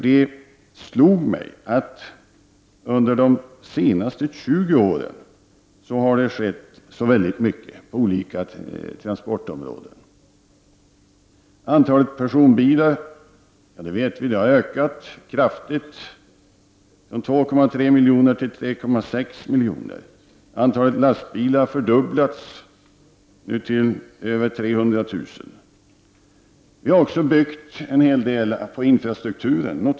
Det slog mig att det under de senaste 20 åren hänt så väldigt mycket på olika transportområden. Vi vet att antalet personbilar har ökat kraftigt, från 2,3 till 3,6 miljoner. Antalet lastbilar har fördubblats, till över 300 000. Vi har också byggt en hel del på infrastrukturen.